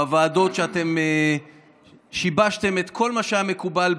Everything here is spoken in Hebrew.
בוועדות, אתם שיבשתם את כל מה שהיה מקובל.